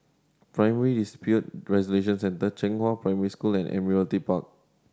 Primary Dispute Resolution Centre Zhenghua Primary School and Park